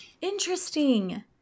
Interesting